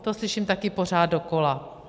To slyším taky pořád dokola.